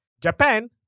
Japan